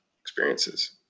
experiences